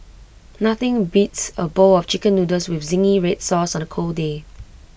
nothing beats A bowl of Chicken Noodles with Zingy Red Sauce on A cold day